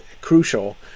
crucial